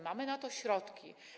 Mamy na to środki.